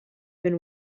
been